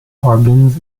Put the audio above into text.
organs